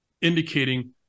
indicating